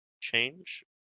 change